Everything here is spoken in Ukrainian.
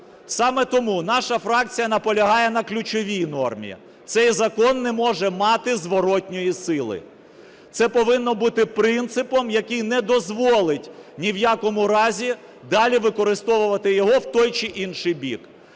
Саме тому наша фракція наполягає на ключовій нормі: цей закон не може мати зворотної сили. Це повинно бут принципом, який не дозволить ні в якому разі далі використовувати його в той чи інший бік.